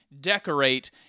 decorate